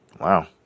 Wow